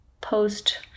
post-